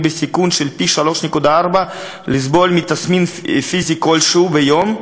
בסיכון של פי-3.4 לסבול מתסמין פיזי כלשהו ביום,